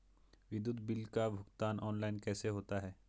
विद्युत बिल का भुगतान ऑनलाइन कैसे होता है?